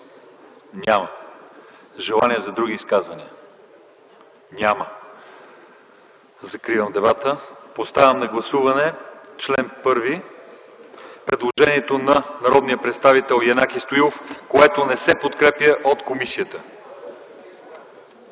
няма. Желания за други изказвания няма. Закривам дебата. Поставям на гласуване чл. 1 – предложението на народния представител Янаки Стоилов, което не се подкрепя от комисията.